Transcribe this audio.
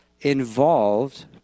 involved